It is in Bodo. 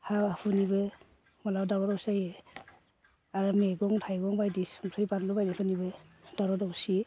हा हुनिबो माब्लाबा दावराव दावसि जायो आरो मैगं थाइगं बायदि संख्रि बानलु बायदिसिनाबो दावराव दावसि